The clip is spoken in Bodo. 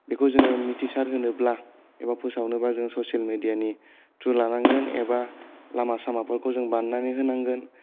बेखौ जोङो मिथिसार होनोब्ला एबा फोसावनोबा जों ससियेल मिडियानि थ्रु लानांगोन एबा लामा सामाफोरखौ जों बानायनानै होनांगोन